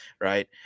Right